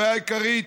הבעיה העיקרית,